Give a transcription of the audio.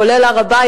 כולל הר-הבית,